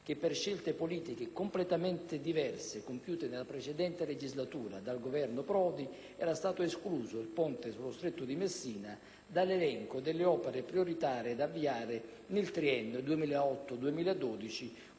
che per scelte politiche completamente diverse, compiute nella precedente legislatura dal Governo Prodi, il ponte sullo Stretto di Messina era stato escluso dall'elenco delle opere prioritarie da avviare nel quinquennio 2008-2012,